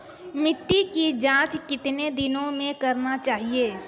मिट्टी की जाँच कितने दिनों मे करना चाहिए?